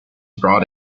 brought